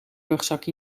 rugzak